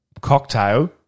Cocktail